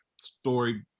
story